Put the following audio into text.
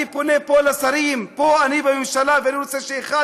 אני פונה מפה לשרים בממשלה: אני רוצה שאחד